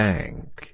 Bank